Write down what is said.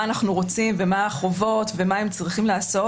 אנחנו רוצים ומה החובות ומה הם צריכים לעשות,